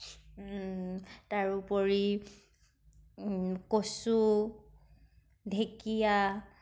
তাৰোপৰি কচু ঢেঁকীয়া